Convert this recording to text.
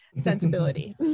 sensibility